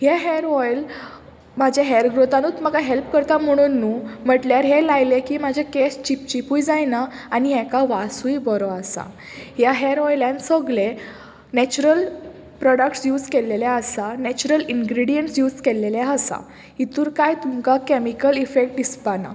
हें hair oil म्हाज्या hair ग्रोथानूत म्हाका हेल्प करता म्हणून न्हू म्हटल्यार हें लायलें की म्हाजे केंस चिपचीपूय जायना आनी हेका वासूय बरो आसा ह्या हेअर ऑयलान सोगले नॅचरल प्रोडक्ट्स यूज केल्लेले आसा नॅचरल इनग्रिडियंट्स यूज केल्लेले आसा हितूर कांय तुमकां कॅमिकल इफेक्ट दिसपा ना